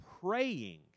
praying